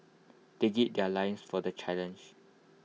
they gird their loins for the challenge